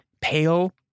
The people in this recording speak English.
pale